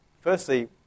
firstly